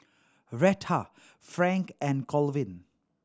Rheta Frank and Colvin